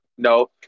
No